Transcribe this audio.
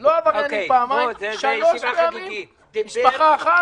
לא עבריינים פעמיים שלוש פעמים משפחה אחת?